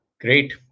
Great